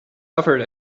offered